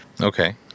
Okay